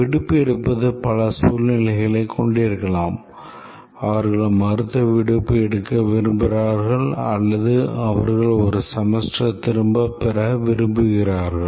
விடுப்பு எடுப்பது பல சூழ்நிலைகளைக் கொண்டிருக்கலாம் அவர்கள் மருத்துவ விடுப்பு எடுக்க விரும்புகிறார்கள் அல்லது அவர்கள் ஒரு செமஸ்டர் திரும்பப் பெற விரும்புகிறார்கள்